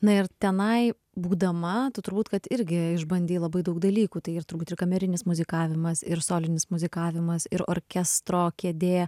na ir tenai būdama tu turbūt kad irgi išbandei labai daug dalykų tai ir turbūt ir kamerinis muzikavimas ir solinis muzikavimas ir orkestro kėdė